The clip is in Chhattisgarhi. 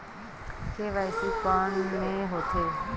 के.वाई.सी कोन में होथे?